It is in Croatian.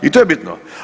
I to je bitno.